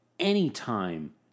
Anytime